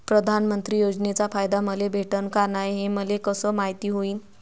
प्रधानमंत्री योजनेचा फायदा मले भेटनं का नाय, हे मले कस मायती होईन?